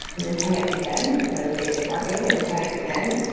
and then ten x again, because they did marketing, and then ten x again,